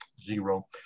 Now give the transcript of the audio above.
zero